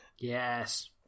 Yes